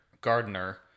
gardener